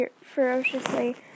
ferociously